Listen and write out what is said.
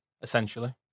Essentially